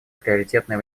приоритетное